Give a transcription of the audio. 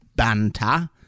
banta